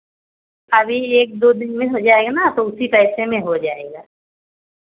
अभी एक दो दिन में हो जाएगा ना तो उसी पैसे में हो जाएगा